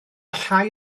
llai